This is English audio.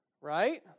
Right